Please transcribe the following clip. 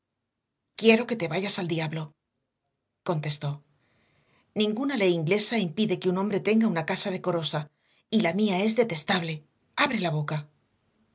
quiero que te vayas al diablo contestó ninguna ley inglesa impide que un hombre tenga una casa decorosa y la mía es detestable abre la boca